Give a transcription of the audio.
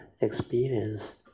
experience